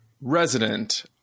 resident